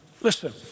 Listen